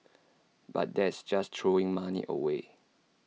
but that's just throwing money away